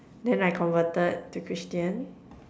then I converted to Christian